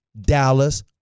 Dallas